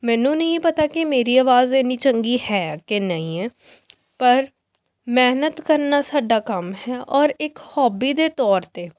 ਮੈਨੂੰ ਨਹੀਂ ਪਤਾ ਕਿ ਮੇਰੀ ਆਵਾਜ਼ ਇੰਨੀ ਚੰਗੀ ਹੈ ਕਿ ਨਹੀਂ ਹੈ ਪਰ ਮਿਹਨਤ ਕਰਨਾ ਸਾਡਾ ਕੰਮ ਹੈ ਔਰ ਇੱਕ ਹੋਬੀ ਦੇ ਤੌਰ 'ਤੇ